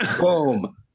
Boom